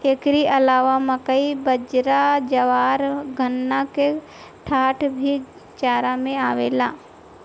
एकरी अलावा मकई, बजरा, ज्वार, गन्ना के डाठ भी चारा में आवेला